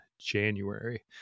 January